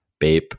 Bape